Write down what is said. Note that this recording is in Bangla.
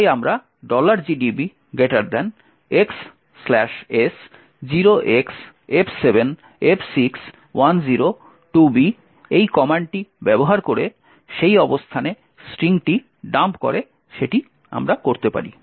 তাই আমরা gdb xs 0XF7F6102B এই কমান্ডটি ব্যবহার করে সেই অবস্থানে স্ট্রিংটি ডাম্প করে সেটি করতে পারি